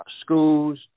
schools